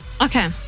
Okay